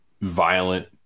violent